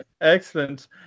Excellent